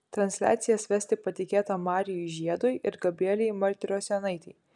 transliacijas vesti patikėta marijui žiedui ir gabrielei martirosianaitei